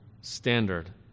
standard